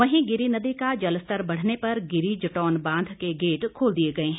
वहीं गिरी नदी का जलस्तर बढ़ने पर गिरी जटौन बांध के गेट खोल दिए गए हैं